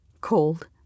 cold